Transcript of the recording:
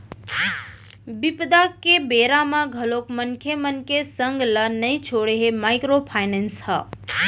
बिपदा के बेरा म घलोक मनखे मन के संग ल नइ छोड़े हे माइक्रो फायनेंस ह